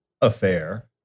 affair